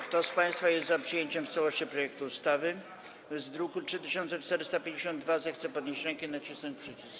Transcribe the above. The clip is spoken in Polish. Kto z państwa jest za przyjęciem w całości projektu ustawy z druku nr 3452, zechce podnieść rękę i nacisnąć przycisk.